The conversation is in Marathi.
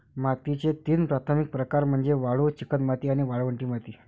मातीचे तीन प्राथमिक प्रकार म्हणजे वाळू, चिकणमाती आणि वाळवंटी माती